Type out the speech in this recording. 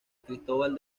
cristóbal